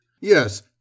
Yes